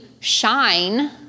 shine